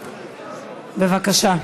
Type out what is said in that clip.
בבקשה.